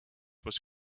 was